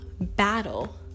battle